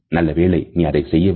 நல்ல வேலை நீ அதைச் செய்யவில்லை